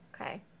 Okay